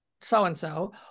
so-and-so